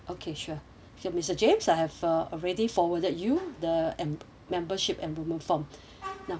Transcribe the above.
okay sure so mister james I have uh already forwarded you the em~ membership enrolment form now